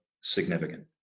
significant